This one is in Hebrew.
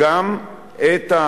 גם את,